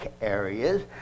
areas